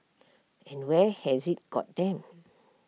and where has IT got them